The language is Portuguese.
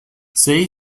sei